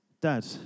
dad